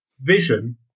vision